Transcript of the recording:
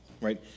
right